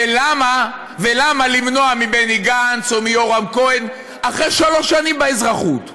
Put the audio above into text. ולמה למנוע מבני גנץ או מיורם כהן אחרי שלוש שנים באזרחות,